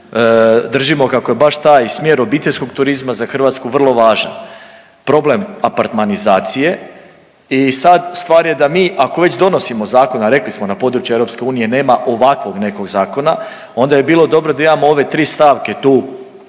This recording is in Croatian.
držimo kako je baš taj smjer obiteljskog turizma za Hrvatsku vrlo važan. Problem apartmanizacije i sad stvar je da mi ako već donosimo zakon, a rekli smo na području EU nema ovakvog nekog zakona onda bi bilo dobro da imamo ove tri stavke tu